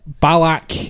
Balak